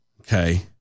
Okay